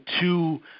two